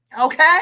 Okay